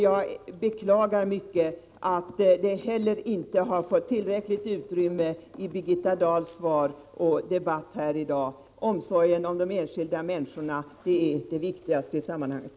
Jag beklagar mycket att den inte heller har fått tillräckligt utrymme i Birgitta Dahls svar eller i hennes inlägg i debatten i dag. Omsorgen om de enskilda människorna är nämligen det viktigaste i sammanhanget.